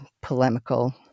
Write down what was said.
polemical